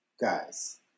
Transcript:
guys